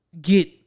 get